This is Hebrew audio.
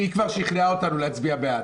היא כבר שכנעה אותנו להצביע בעד.